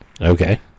Okay